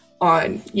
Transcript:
on